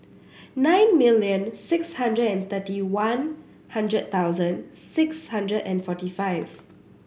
nine million six hundred and thirty One Hundred thousand six hundred and forty five